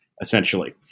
Essentially